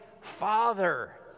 Father